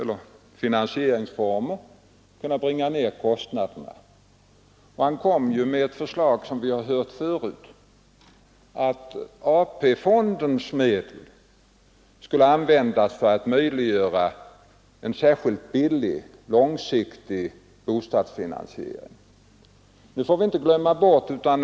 Det finns anledning att erinra om detta. Vi har snart genomfört miljonprogrammet, och nu sägs det att vi skulle stå utan riktlinjer för vår bostadspolitik.